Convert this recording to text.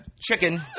chicken